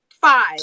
five